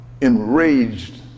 enraged